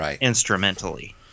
instrumentally